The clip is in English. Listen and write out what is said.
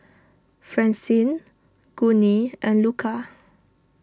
Francine Gurney and Luca